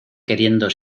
queriendo